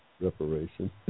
reparation